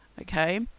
okay